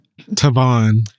Tavon